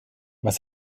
was